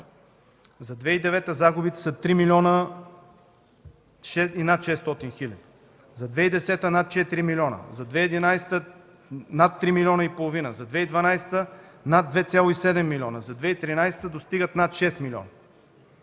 За 2009 г. загубите са 3 млн. и над 600 хил. За 2010 г. над 4 милиона. За 2011 г. над 3 милиона и половина. За 2012 г. над 2,7 милиона. За 2013 г. достигат над 6 милиона.